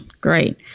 great